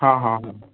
ହଁ ହଁ ହଁ